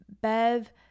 Bev